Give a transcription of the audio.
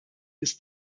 ist